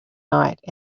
night